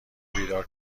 بیدار